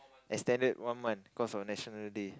extended one month cause of National Day